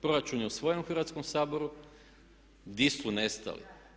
Proračun je usvojen u Hrvatskom saboru, gdje su nestali?